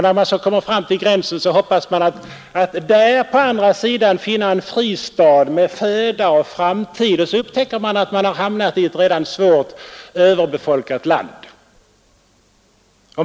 När de sedan kommer fram till gränsen hoppas de att på andra sidan finna en fristad med föda och framtid, och så upptäcker de att de hamnat i ett redan svårt överbefolkat land.